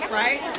right